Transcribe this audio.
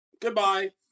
Goodbye